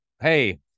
hey